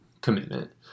commitment